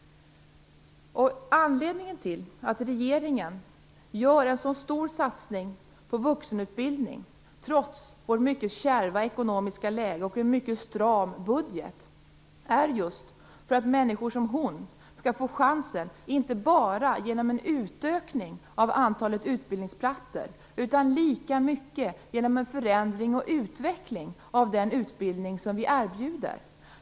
Anledningen till att regeringen gör en så stor satsning på vuxenutbildning trots vårt mycket kärva ekonomiska läge och en mycket stram budget är just för att människor som hon skall få chansen inte bara genom en utökning av antalet utbildningsplatser utan lika mycket genom en förändring och utveckling av den utbildning som vi erbjuder.